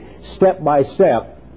step-by-step